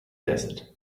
desert